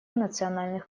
национальных